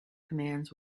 commands